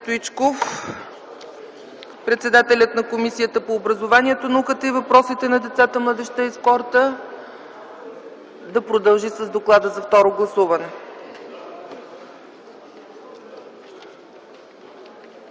Стоичков – председател на Комисията по образованието, науката и въпросите на децата, младежта и спорта, да продължи с доклада за второ гласуване. ДОКЛАДЧИК